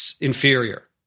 inferior